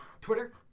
Twitter